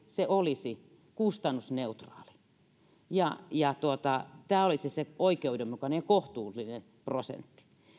se olisi kustannusneutraali ja ja tämä olisi se oikeudenmukainen ja kohtuullinen prosentti